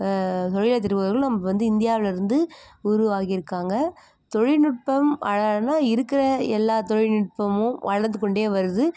தொழில் அதிபர்கள் நம்ம வந்து இந்தியாவிலேருந்து உருவாகியிருக்காங்க தொழில்நுட்பம் வளரணுன்னால் இருக்கிற எல்லா தொழில்நுட்பமும் வளர்ந்து கொண்டே வருது